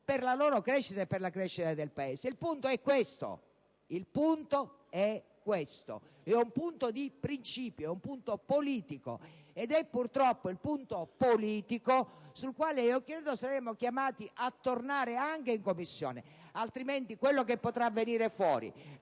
per la loro crescita e per la crescita del Paese. Il punto è questo. È un punto di principio. È un punto politico. Ed è, purtroppo, il punto politico sul quale io credo saremo chiamati anche a tornare in Commissione, altrimenti quello che potrà scaturire